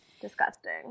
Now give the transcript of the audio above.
disgusting